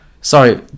Sorry